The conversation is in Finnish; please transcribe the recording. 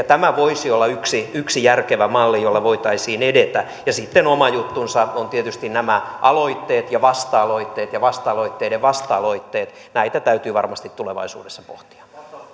tämä voisi olla yksi yksi järkevä malli jolla voitaisiin edetä sitten oma juttunsa ovat tietysti nämä aloitteet ja vasta aloitteet ja vasta aloitteiden vasta aloitteet näitä täytyy varmasti tulevaisuudessa pohtia